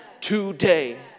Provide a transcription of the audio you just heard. today